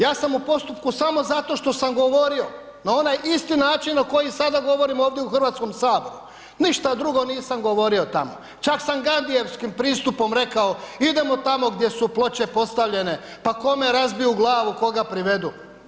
Ja sam u postupku samo zato što sam govorio na onaj isti način na koji sada govorim ovdje u Hrvatskom saboru, ništa drugo nisam govorio tamo, čak sam gandijevskim pristupom rekao, idemo tamo gdje su ploče postavljene pa kome razbiju glavu koga privedu.